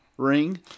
ring